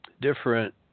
different